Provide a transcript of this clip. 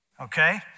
okay